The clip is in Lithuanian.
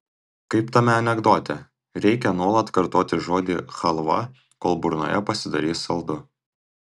kaip tame anekdote reikia nuolat kartoti žodį chalva kol burnoje pasidarys saldu